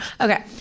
okay